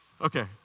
Okay